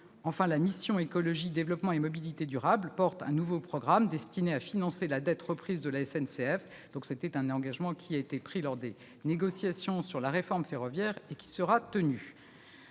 Enfin, la mission « Écologie, développement et mobilité durables » porte un nouveau programme destiné à financer la reprise de la dette de la SNCF. Cet engagement pris lors des négociations sur la réforme ferroviaire sera tenu.